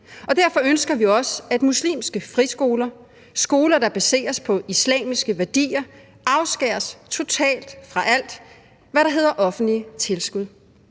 Og derfor ønsker vi også, at muslimske friskoler, skoler, der baseres på islamiske værdier, afskæres totalt fra alt, hvad der hedder offentlige tilskud.